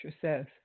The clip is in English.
says